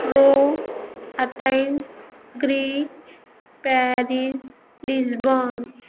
Rome Athens greek Paris Lisbon